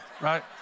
right